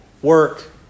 work